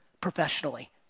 professionally